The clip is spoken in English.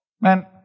man